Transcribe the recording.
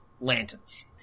lanterns